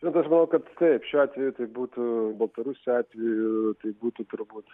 žinot aš galvoju kad taip šiuo atveju tai būtų baltarusių atveju tai būtų turbūt